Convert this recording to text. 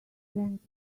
thank